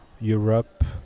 Europe